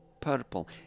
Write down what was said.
purple